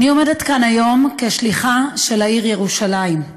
אני עומדת כאן היום כשליחה של העיר ירושלים.